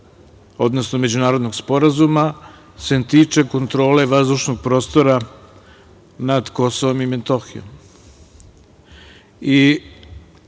odnosno međunarodnog sporazuma se tiče kontrole vazdušnog prostora nad Kosovom i Metohijom.